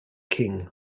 king